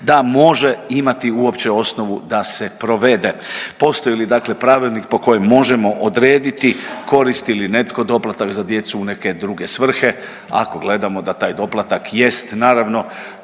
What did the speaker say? da može imati uopće osnovu da se provede. Postoji li dakle pravilnik po kojem možemo odrediti koristi li netko doplatak za djecu u neke druge svrhe, ako gledamo da taj doplatak jest naravno